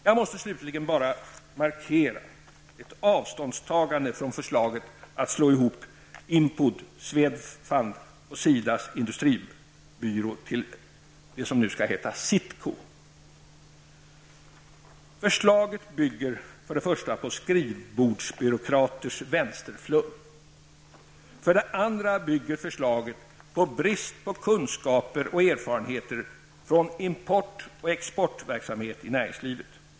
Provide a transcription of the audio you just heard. Jag måste slutligen bara markera vårt avståndstagande från förslaget att slå ihop IMPOD, Swedfund och SIDAs industribyrå till det som nu skall heta SITCO. Förslaget bygger för det första på skrivbordsbyråkraters vänsterflum. För det andra bygger det på brist på kunskaper och erfarenheter från import och exportverksamhet i näringslivet.